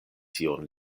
tiun